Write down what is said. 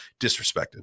disrespected